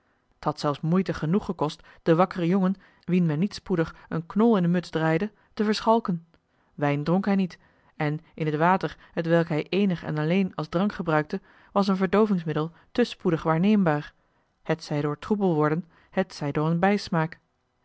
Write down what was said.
zelfs moeite genoeg gekost den wakkeren jongen wien men niet spoedig een knol in de muts draaide te verschalken wijn dronk hij niet en in het water hetwelk hij eenig en alleen als drank gebruikte was een verdoovingsmiddel joh h been paddeltje de scheepsjongen van michiel de ruijter te spoedig waarneembaar hetzij door troebel worden hetzij door een bijsmaak